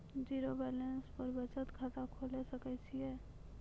Zero balance पर बचत खाता खोले सकय छियै?